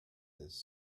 this